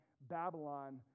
Babylon